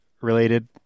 related